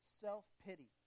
self-pity